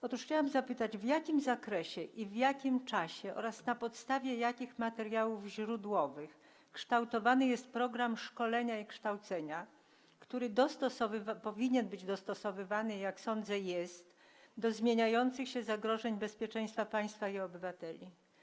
Otóż chciałam zapytać, w jakim zakresie i w jakim czasie oraz na podstawie jakich materiałów źródłowych kształtowany jest program szkolenia i kształcenia, który powinien być dostosowywany - jak sądzę, jest - do zmieniających się zagrożeń bezpieczeństwa państwa i obywateli.